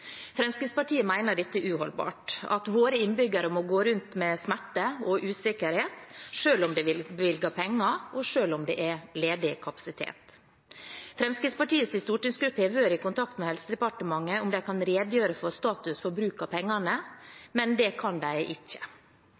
Fremskrittspartiet mener det er uholdbart at våre innbyggere må gå rundt med smerte og usikkerhet selv om det blir bevilget penger, og selv om det er ledig kapasitet. Fremskrittspartiets stortingsgruppe har vært i kontakt med Helsedepartementet om de kan redegjøre for status for bruk av pengene, men det kan de ikke.